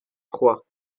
trois